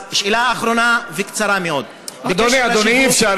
אז שאלה אחרונה וקצרה מאוד, אדוני, אי-אפשר.